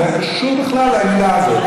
זה לא היה קשור בכלל למילה הזאת.